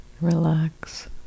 relax